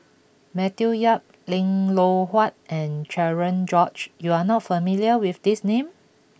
Matthew Yap Lim Loh Huat and Cherian George you are not familiar with these names